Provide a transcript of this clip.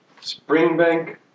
Springbank